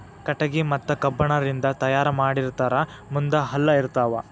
ಕಟಗಿ ಮತ್ತ ಕಬ್ಬಣ ರಿಂದ ತಯಾರ ಮಾಡಿರತಾರ ಮುಂದ ಹಲ್ಲ ಇರತಾವ